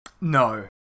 No